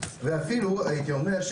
ואפילו הייתי אומר,